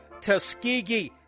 Tuskegee